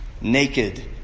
Naked